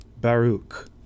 Baruch